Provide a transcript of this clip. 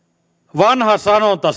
vanha sanonta